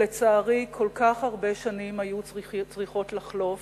לצערי, כל כך הרבה שנים היו צריכות לחלוף,